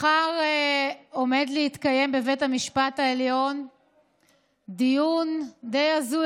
מחר עומד להתקיים בבית המשפט העליון דיון די הזוי,